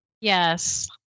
Yes